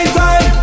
time